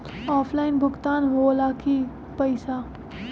Offline भुगतान हो ला कि पईसा?